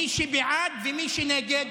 מי שבעד ומי שנגד,